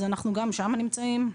אז אנחנו נמצאים גם שם.